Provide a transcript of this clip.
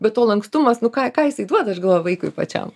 be to lankstumas nu ką ką jisai duoda aš galvoju vaikui pačiam